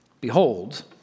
behold